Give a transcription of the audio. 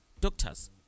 doctors